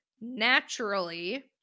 naturally